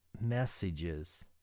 messages